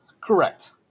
Correct